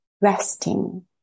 resting